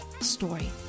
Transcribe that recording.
story